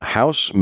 house